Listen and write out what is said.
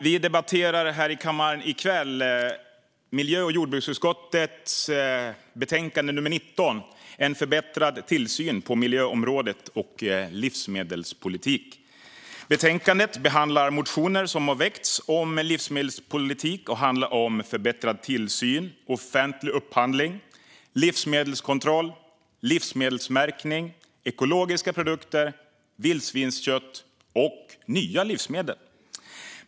Vi debatterar här i kammaren i kväll miljö och jordbruksutskottets betänkande 19 En förbättrad tillsyn på miljöområdet och livsmedelspolitik . Betänkandet behandlar motioner som väckts om livsmedelspolitik. De handlar om förbättrad tillsyn, offentlig upphandling, livsmedelskontroll, livsmedelsmärkning, ekologiska produkter, vildsvinskött och nya livsmedel.